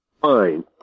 fine